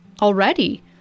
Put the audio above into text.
already